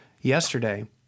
Yesterday